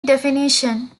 definition